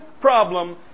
problem